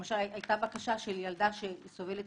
הייתה למשל בקשה של ילדה שסובלת